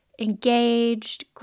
engaged